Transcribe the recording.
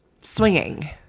swinging